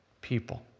people